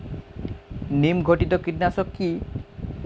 নিম ঘটিত কীটনাশক কি?